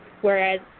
whereas